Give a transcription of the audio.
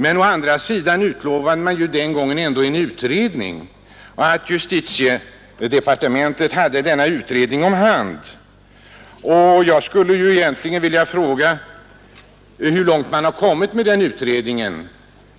Men å andra sidan utlovade man den gången ändå en utredning, och det sades att justitiedepartementet hade denna utredning om hand. Jag skulle egentligen vilja fråga hur långt man har kommit med utredningen,